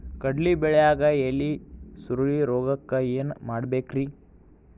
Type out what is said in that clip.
ಕಡ್ಲಿ ಬೆಳಿಯಾಗ ಎಲಿ ಸುರುಳಿರೋಗಕ್ಕ ಏನ್ ಮಾಡಬೇಕ್ರಿ?